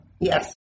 Yes